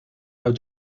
uit